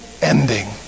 ending